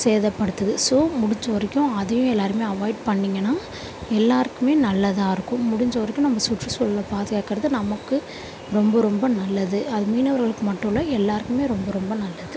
சேதப்படுத்துது so முடிந்தவரைக்கும் அதையும் எல்லாருமே அவாய்ட் பண்ணிங்கன்னால் எல்லாருக்குமே நல்லதாக இருக்கும் முடிந்தவரைக்கும் நம்ம சுற்றுச்சூழல பாதுகாக்கிறது நமக்கு ரொம்ப ரொம்ப நல்லது அது மீனவர்களுக்கு மட்டும் இல்லை எல்லாருக்குமே ரொம்ப ரொம்ப நல்லது